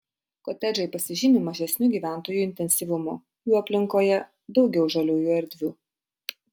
kotedžai pasižymi mažesniu gyventojų intensyvumu jų aplinkoje daugiau žaliųjų erdvių